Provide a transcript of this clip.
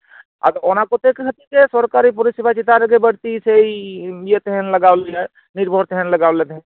ᱟᱫᱚ ᱚᱱᱟ ᱠᱚᱛᱮ ᱠᱷᱟᱹᱛᱤᱨ ᱛᱮ ᱥᱚᱨᱠᱟᱨᱤ ᱯᱚᱨᱤᱥᱮᱵᱟ ᱪᱮᱛᱟᱱ ᱨᱮᱜᱮ ᱵᱟᱹᱲᱛᱤ ᱥᱮ ᱤᱭᱟᱹ ᱛᱟᱦᱮᱱ ᱞᱟᱜᱟᱣ ᱞᱮᱭᱟ ᱱᱤᱨᱵᱷᱚᱨ ᱛᱟᱦᱮᱱ ᱞᱟᱜᱟᱣ ᱞᱮ ᱛᱟᱦᱮᱸᱫ